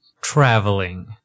Traveling